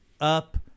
up